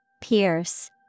Pierce